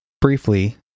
briefly